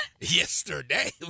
yesterday